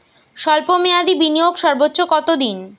স্বল্প মেয়াদি বিনিয়োগ সর্বোচ্চ কত দিন?